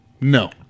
No